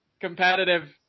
competitive